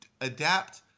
adapt